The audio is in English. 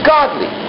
Godly